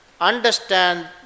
understand